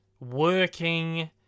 working